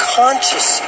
conscious